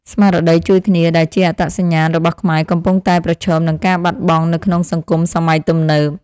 ស្មារតីជួយគ្នាដែលជាអត្តសញ្ញាណរបស់ខ្មែរកំពុងតែប្រឈមនឹងការបាត់បង់នៅក្នុងសង្គមសម័យទំនើប។